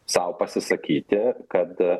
sau pasisakyti kad